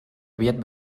aviat